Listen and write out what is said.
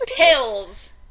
pills